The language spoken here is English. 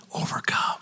overcome